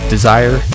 Desire